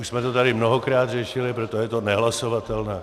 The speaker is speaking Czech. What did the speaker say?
Už jsme to tady mnohokrát řešili, proto je to nehlasovatelné.